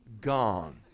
gone